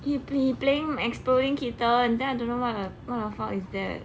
he he playing exploding kitten then I don't know what the fuck is that